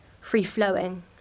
free-flowing